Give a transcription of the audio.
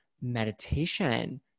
meditation